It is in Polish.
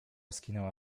skinęła